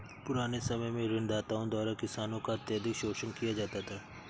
पुराने समय में ऋणदाताओं द्वारा किसानों का अत्यधिक शोषण किया जाता था